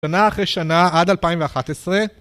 שנה אחרי שנה עד 2011.